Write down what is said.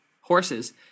horses